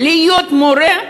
להיות מורה,